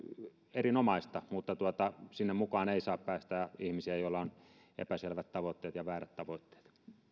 erinomaista mutta sinne mukaan ei saa päästää ihmisiä joilla on epäselvät tavoitteet ja väärät tavoitteet